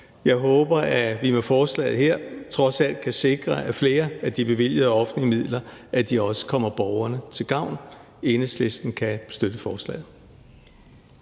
Jeg håber, at vi med forslaget her trods alt kan sikre, at flere af de bevilgede offentlige midler også kommer borgerne til gavn. Enhedslisten kan støtte forslaget.